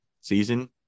season